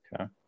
okay